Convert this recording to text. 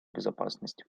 безопасность